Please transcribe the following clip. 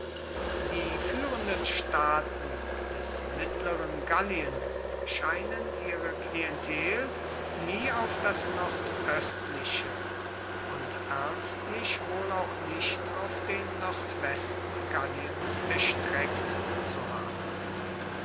die führenden staaten des mittleren gallien scheinen ihre klientel nie auf das nordöstliche und ernstlich wohl auch nicht auf den nordwesten galliens erstreckt zu haben